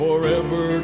Forever